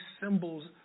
symbols